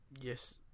Yes